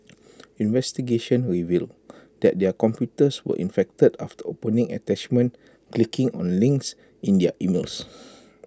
investigations revealed that their computers were infected after opening attachments clicking on links in their emails